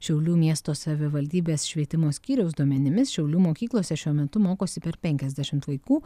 šiaulių miesto savivaldybės švietimo skyriaus duomenimis šiaulių mokyklose šiuo metu mokosi per penkiasdešimt vaikų